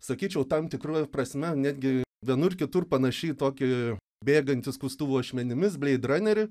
sakyčiau tam tikra prasme netgi vienur kitur panaši į tokį bėgantį skustuvo ašmenimis bleidranerį